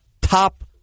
top